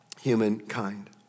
humankind